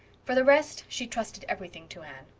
for the rest she trusted everything to anne.